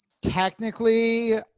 technically